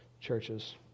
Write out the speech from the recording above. churches